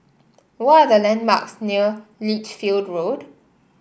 what are the landmarks near Lichfield Road